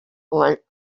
late